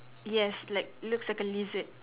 yes like looks like a lizard